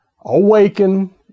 awaken